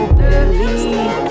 believe